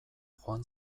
joan